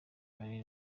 karere